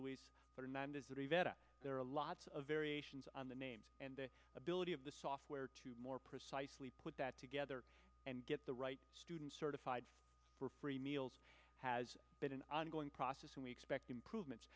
rivera there are lots of variations on the names and the ability of the software to more precisely put that together and get the right students certified for free meals has been an ongoing process and we expect improve